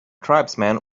tribesman